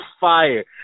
fire